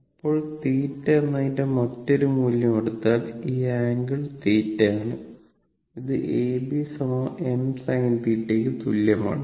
ഇപ്പോൾ θ എന്നതിന്റെ മറ്റൊരു മൂല്യം എടുത്താൽ ഈ ആംഗിൾ θ ആണ് ഇത് AB m sinθ ക്കു തുല്യമാണ്